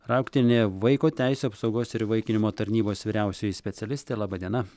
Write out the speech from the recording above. raktinė vaiko teisių apsaugos ir įvaikinimo tarnybos vyriausioji specialistė laba diena